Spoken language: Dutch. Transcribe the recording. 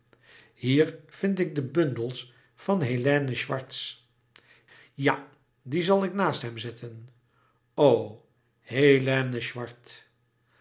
hier vind ik bundels van hélène swarth ja die zal ik naast hem zetten o hélène swarth